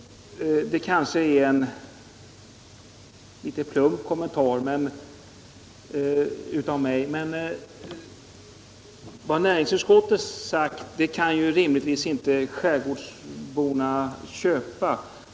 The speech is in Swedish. Det kanske är en litet plump kommentar av mig, men vad näringsutskottet har sagt kan ju rimligtvis inte skärgårdsborna köpa.